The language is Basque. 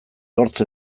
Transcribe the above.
hortz